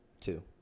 Two